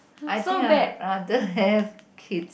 I think I'll I don't have kids